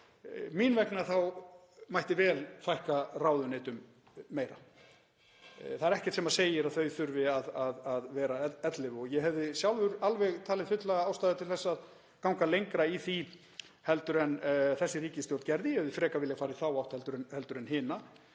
Mín vegna mætti vel fækka ráðuneytum meira. Það er ekkert sem segir að þau þurfi að vera ellefu og ég hefði sjálfur alveg talið fulla ástæðu til að ganga lengra í því heldur en þessi ríkisstjórn gerði. Ég hefði frekar viljað fara í þá átt heldur en hina.